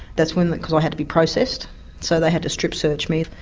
that's when i had to be processed so they had to strip-search me,